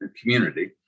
community